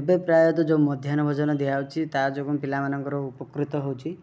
ଏବେ ପ୍ରାୟତଃ ଯେଉଁ ମଧ୍ୟାହ୍ନ ଭୋଜନ ଦିଆହେଉଛି ତାହା ଯୋଗୁଁ ପିଲାମାନଙ୍କର ଉପକୃତ ହେଉଛି